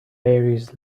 various